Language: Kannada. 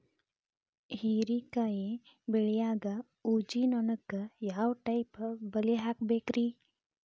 ಹೇರಿಕಾಯಿ ಬೆಳಿಯಾಗ ಊಜಿ ನೋಣಕ್ಕ ಯಾವ ಟೈಪ್ ಬಲಿ ಹಾಕಬೇಕ್ರಿ?